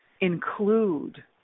include